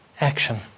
action